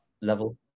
level